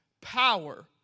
power